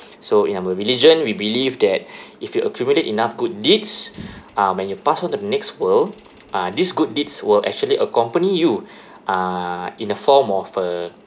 so in our religion we believe that if you accumulate enough good deeds uh when you pass on the next world uh this good deeds will actually accompany you uh in the form of a